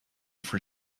for